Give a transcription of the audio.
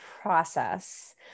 process